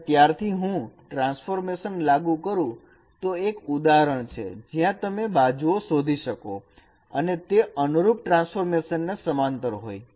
અને ત્યારથી હું ટ્રાન્સફોર્મેશન લાગુ કરું તો એક ઉદાહરણ છે જ્યાં તમે બાજુઓ શોધી શકો અને તે અનુરૂપ ટ્રાન્સફોર્મેશન ને સમાંતર હોય